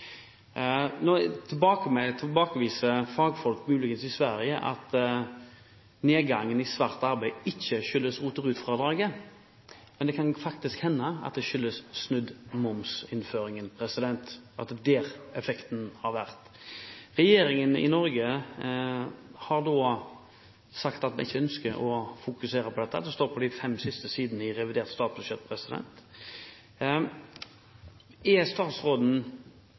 Nå tilbakeviser muligens fagfolk i Sverige at nedgangen i svart arbeid ikke skyldes ROT- og RUT-fradraget, men det kan hende at det skyldes innføringen av snudd moms, at det er der effekten har vært. Regjeringen i Norge har sagt at de ikke ønsker å fokusere på dette; det står på de fem siste sidene i revidert nasjonalbudsjett. Er statsråden